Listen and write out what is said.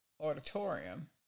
auditorium